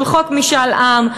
של חוק משאל עם.